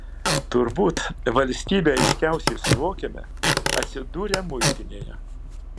turbūt valstybę aiškiausiai suvokiame atsidūrę muitinėje